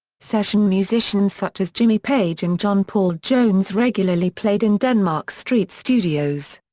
session musicians such as jimmy page and john paul jones regularly played in denmark street studios.